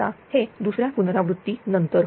आता हे दुसर्या पुनरावृत्ती नंतर